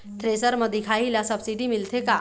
Thresher म दिखाही ला सब्सिडी मिलथे का?